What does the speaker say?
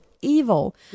evil